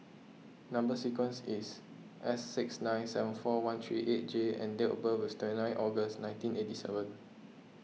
Number Sequence is S six nine seven four one three eight J and date of birth is twenty nine August nineteen eighty seven